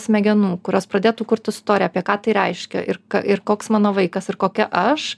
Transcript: smegenų kurios pradėtų kurt istoriją apie ką tai reiškia ir ir koks mano vaikas ir kokia aš